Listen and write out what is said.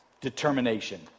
determination